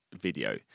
video